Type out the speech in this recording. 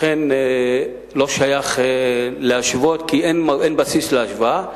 לכן לא שייך להשוות, כי אין בסיס להשוואה.